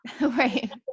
Right